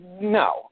no